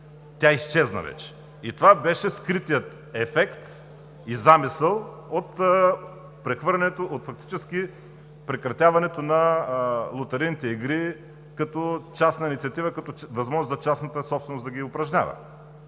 изчезна вече. И това беше скритият ефект и замисъл от прекратяването на лотарийните игри като частна инициатива, като възможност частната собственост да ги упражнява.